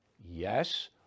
yes